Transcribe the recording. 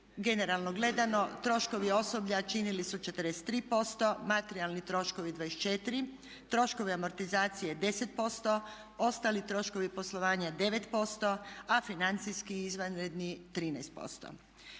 generalno gledano troškovi osoblja činili su 43%, materijalni troškovi 24, troškovi amortizacije 10%, ostali troškovi poslovanja 9%, a financijski izvanredni 13%.